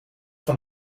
van